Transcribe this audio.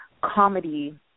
comedy